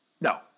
no